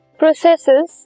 processes